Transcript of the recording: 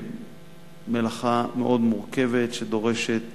מלאכה מאוד מורכבת שדורשת